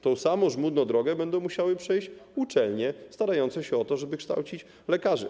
Tę samą żmudną drogę będą musiały przejść uczelnie starające się o to, żeby kształcić lekarzy.